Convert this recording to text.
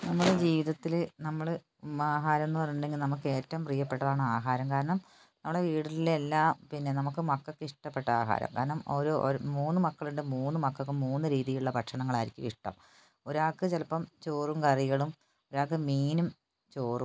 നമ്മുടെ ജീവിതത്തിൽ നമ്മൾ ആഹാരം എന്നു പറഞ്ഞിട്ടുണ്ടെങ്കിൽ നമുക്ക് ഏറ്റവും പ്രിയപ്പെട്ടതാണ് ആഹാരം കാരണം നമ്മളെ വീട്ടിലെ എല്ലാം പിന്നെ നമ്മുക്ക് മക്കൾക്ക് ഇഷ്ടപ്പെട്ട ആഹാരം കാരണം ഓരോ മൂന്ന് മക്കളുണ്ട് മൂന്ന് മക്കൾക്കും മൂന്ന് രീതിയിലുള്ള ഭക്ഷണങ്ങളാരിക്കും ഇഷ്ടം ഒരാൾക്ക് ചിലപ്പം ചോറും കറികളും ഒരാൾക്ക് മീനും ചോറും